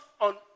on